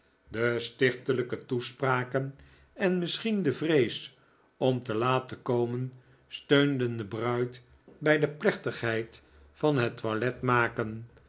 de stichtelijke toespraken en misschien de vrees om te laat te komen steunden de bruid bij de plechtigheid van het toilet maken